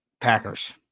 Packers